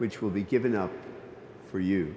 which will be given out for you